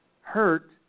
hurt